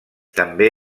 també